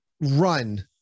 run